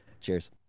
Cheers